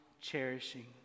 cherishing